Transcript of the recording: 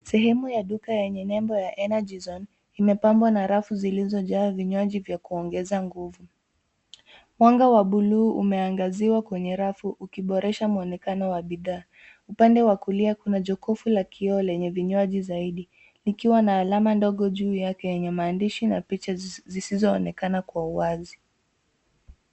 Sehemu ya duka yenye nembo ya Energy Zone imepambwa na rafu zilizojaa vinywaji za kuongeza nguvu. Mwanga wa buluu umeangaziwa kwenye rafu ukiboresha mwonekano wa bidhaa. Upande wa kulia kuna jokofu la kioo lenye vinywaji zaidi, likiwa na alama ndogo juu yake yenye maandishi na picha zisizoonekana kwa wazi.